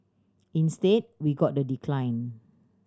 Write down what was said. instead we got the decline